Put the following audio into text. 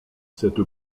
cette